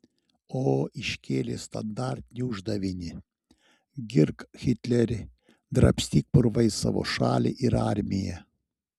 o iškėlė standartinį uždavinį girk hitlerį drabstyk purvais savo šalį ir armiją